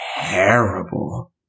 terrible